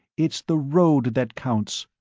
it's the road that counts.